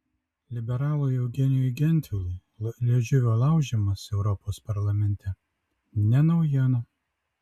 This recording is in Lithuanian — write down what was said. liberalui eugenijui gentvilui liežuvio laužymas europos parlamente ne naujiena